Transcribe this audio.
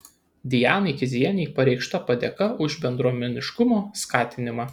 dianai kizienei pareikšta padėka už bendruomeniškumo skatinimą